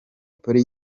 polly